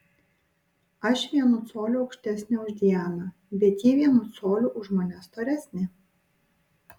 aš vienu coliu aukštesnė už dianą bet ji vienu coliu už mane storesnė